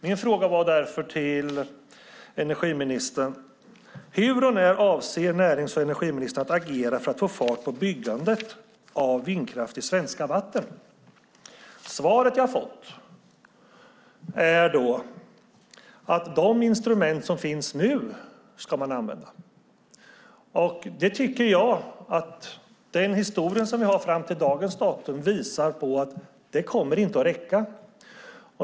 Min fråga till närings och energiministern var därför: "Hur och när avser närings och energiministern att agera för att få fart på byggandet av vindkraft i svenska vatten?" Svaret som jag har fått är att man ska använda de instrument som finns nu. Den historia som vi har fram till dagens datum tycker jag visar att det inte kommer att räcka.